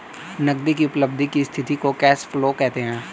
नगदी की उपलब्धि की स्थिति को कैश फ्लो कहते हैं